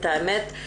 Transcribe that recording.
את האמת,